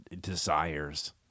desires